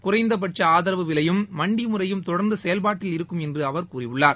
குறைந்தபட்ச ஆதரவு விலையும் மண்டி முறையும் தொடர்ந்து செயல்பாட்டில் இருக்கும் என்று அவர் கூறினார்